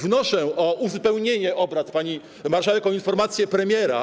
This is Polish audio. Wnoszę o uzupełnienie obrad, pani marszałek, o informację premiera.